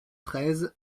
treize